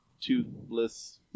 toothless